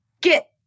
get